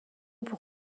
pour